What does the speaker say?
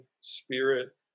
spirit